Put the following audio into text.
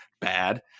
Bad